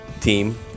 team